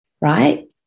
right